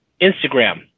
Instagram